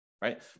Right